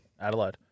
Adelaide